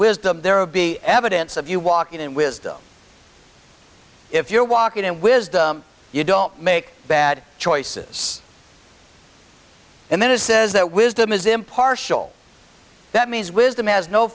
wisdom there will be evidence of you walking in wisdom if you're walking in wisdom you don't make bad choices and then it says that wisdom is impartial that means wisdom has no